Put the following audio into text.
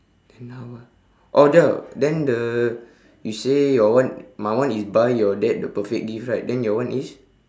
then how ah oh the then the you say your one my one is buy your dad the perfect gift right then your one is